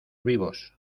vivos